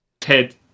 Ted